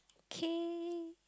okay